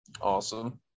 Awesome